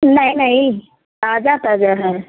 नहीं नहीं ताज़ा ताज़ा है